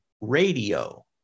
radio